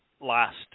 last